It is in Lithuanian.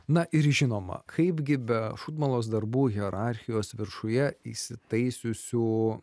na ir žinoma kaipgi be šūdmalos darbų hierarchijos viršuje įsitaisiusių